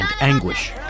anguish